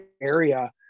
area